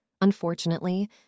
Unfortunately